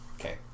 Okay